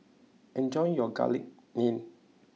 enjoy your Garlic Naan